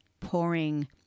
pouring